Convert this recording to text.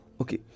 okay